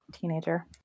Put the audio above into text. teenager